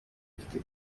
mfite